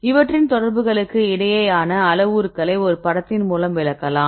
இவற்றின் தொடர்புகளுக்கு இடையேயான அளவுருக்களை ஒரு படத்தின் மூலம் விளக்கலாம்